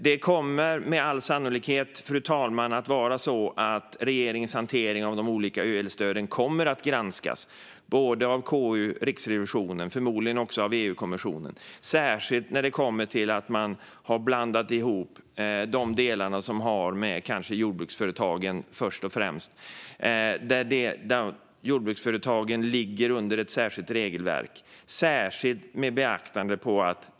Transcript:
Det kommer med all sannolikhet att vara så att regeringens hantering av de olika elstöden kommer att granskas, både av KU och Riksrevisionen och förmodligen också av EU-kommissionen, särskilt när det gäller att man har blandat ihop de delar som kanske främst har med jordbruksföretagen att göra med det stöd som går till konsumenter. Jordbruksföretagen ligger under ett särskilt regelverk.